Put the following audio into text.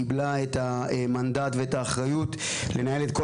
קיבלה את המנדט ואת האחריות לנהל את כל